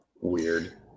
Weird